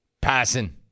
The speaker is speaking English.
Passing